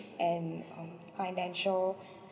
and um financial